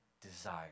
desire